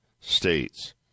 states